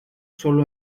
sólo